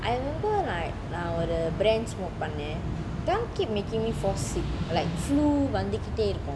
I remember like நான் ஒரு:naan oru brand smoke பங்கிட்டு இருந்தான்:panitu irunthan that one keep making me fall sick like flu வந்துட்டாய் இருக்கும்:vanthutae irukum